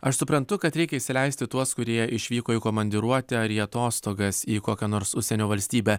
aš suprantu kad reikia įsileisti tuos kurie išvyko į komandiruotę ar į atostogas į kokią nors užsienio valstybę